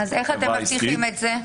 אז איך אתם מבטיחים את זה?